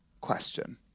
question